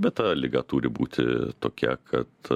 bet ta liga turi būti tokia kad